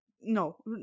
no